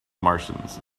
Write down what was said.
martians